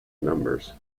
numbers